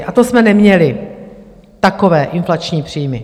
A to jsme neměli takové inflační příjmy.